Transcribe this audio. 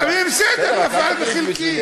בסדר, נפל בחלקי.